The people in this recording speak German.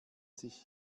sich